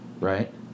Right